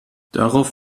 darauf